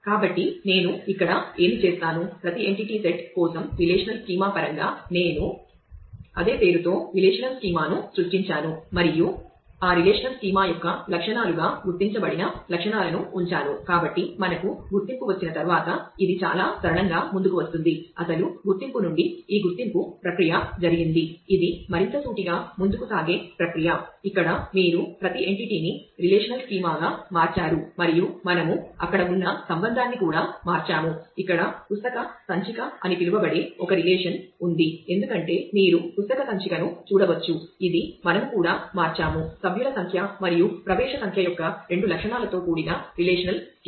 కాబట్టి నేను ఇక్కడ ఏమి చేసాను ప్రతి ఎంటిటీ సెట్ ఉంది ఎందుకంటే మీరు పుస్తక సంచికను చూడవచ్చు ఇది మనము కూడా మార్చాము సభ్యుల సంఖ్య మరియు ప్రవేశ సంఖ్య యొక్క రెండు లక్షణాలతో కూడిన రిలేషనల్ స్కీమా